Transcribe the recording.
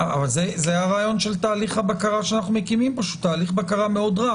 זה הרעיון של תהליך הבקשה שאנחנו מקימים תהליך בקרה מאוד רך.